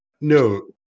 No